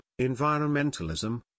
environmentalism